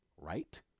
right